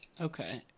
okay